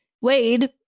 Wade